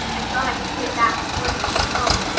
i thought i could put it back before you came home.